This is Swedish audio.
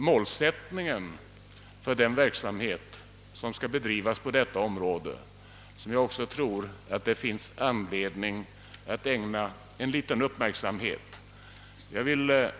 Målsättningen för den verksamhet som skall bedrivas på detta område finns det också anledning att ägna litet uppmärksamhet. Det.